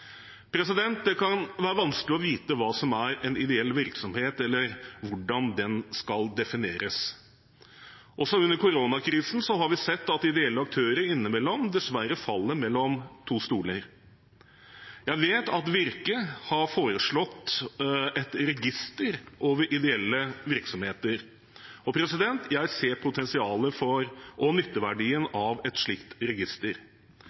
Det kan være vanskelig å vite hva som er en ideell virksomhet, eller hvordan den skal defineres. Også under koronakrisen har vi sett at ideelle aktører innimellom dessverre faller mellom to stoler. Jeg vet at Virke har foreslått et register over ideelle virksomheter. Jeg ser potensialet for og nytteverdien av et slikt register.